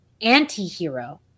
anti-hero